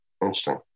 interesting